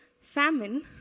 famine